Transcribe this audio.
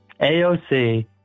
AOC